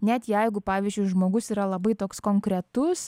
net jeigu pavyzdžiui žmogus yra labai toks konkretus